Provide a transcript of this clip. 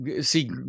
See